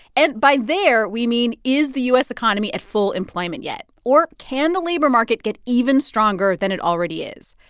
and by there, we mean, is the u s. economy at full employment yet or can the labor market get even stronger than it already is?